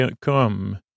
Come